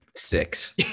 Six